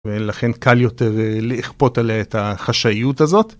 ולכן קל יותר לכפות עליה את החשאיות הזאת.